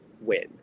win